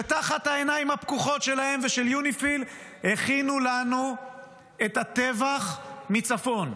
ותחת העיניים הפקוחות שלהם ושל יוניפי"ל הכינו לנו את הטבח מצפון.